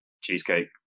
cheesecake